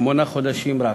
שמונה חודשים רק.